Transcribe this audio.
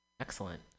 excellent